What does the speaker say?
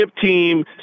team